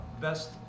best